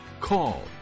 call